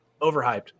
overhyped